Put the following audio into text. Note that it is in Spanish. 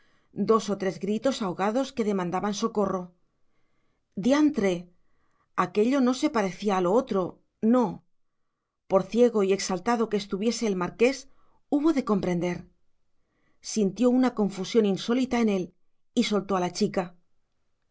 dos o tres gritos ahogados que demandaban socorro diantre aquello no se parecía a lo otro no por ciego y exaltado que estuviese el marqués hubo de comprender sintió una confusión insólita en él y soltó a la chica